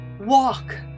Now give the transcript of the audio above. walk